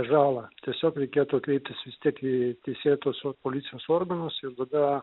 žalą tiesiog reikėtų kreiptis vis tiek į teisėtos policijos organus ir tada